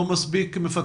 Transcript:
לא.